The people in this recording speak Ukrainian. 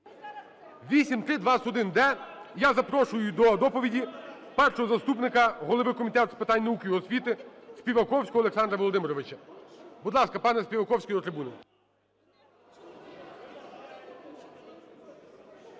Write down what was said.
8321-д. Я запрошую до доповіді першого заступника голови Комітету з питань науки і освітиСпіваковського Олександра Володимировича. Будь ласка, панеСпіваковський, на трибуну.